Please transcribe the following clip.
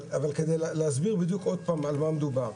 אבל כדי להסביר בדיוק עוד פעם על מה מדובר,